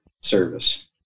service